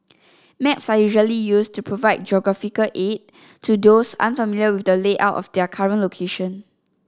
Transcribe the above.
maps are usually used to provide geographical aid to those unfamiliar with the layout of their current location